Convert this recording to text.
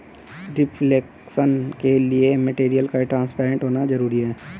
reflection के लिए material का ट्रांसपेरेंट होना जरूरी है